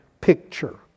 picture